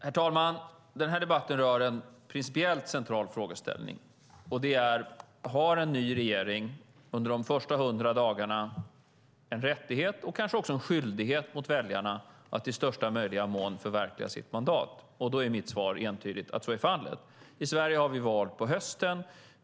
Herr talman! Den här debatten rör en principiellt central frågeställning, nämligen: Har en ny regering under de första 100 dagarna en rättighet och kanske också en skyldighet mot väljarna att i största möjliga mån förverkliga sitt mandat? Då är mitt svar entydigt att så är fallet. I Sverige har vi val på hösten.